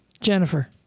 Jennifer